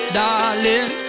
darling